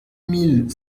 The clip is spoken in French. mille